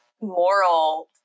moral